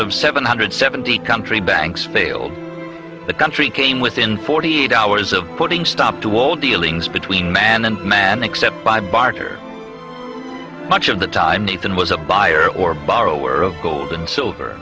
of seven hundred seventy country banks failed the country came within forty eight hours of putting stop to all dealings between man and man except by barter much of the time nathan was a buyer or borrower of gold and silver